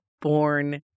born